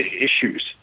issues